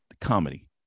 Comedy